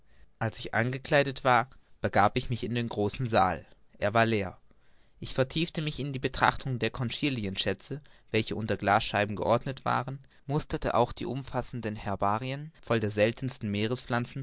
als ich angekleidet war begab ich mich in den großen saal er war leer ich vertiefte mich in die betrachtung der conchylienschätze welche unter glasscheiben geordnet waren musterte auch die umfassenden herbarien voll der seltensten